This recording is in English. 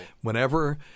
whenever